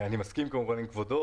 אני מסכים כמובן עם כבודו,